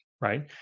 right